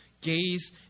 gaze